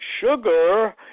sugar